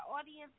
audience